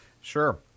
Sure